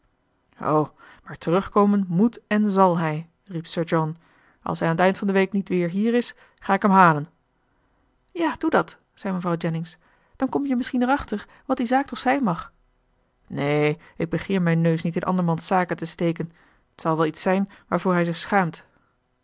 o maar terugkomen moet en zàl hij riep sir john als hij aan t eind van de week niet weer hier is ga ik hem halen ja doe dat zei mevrouw jennings dan kom je misschien erachter wat die zaak toch zijn mag neen ik begeer mijn neus niet in andermans zaken te steken t zal wel iets zijn waarvoor hij zich schaamt